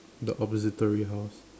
the observatory house